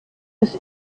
des